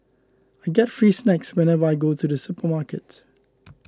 I get free snacks whenever I go to the supermarket